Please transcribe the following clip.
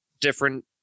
different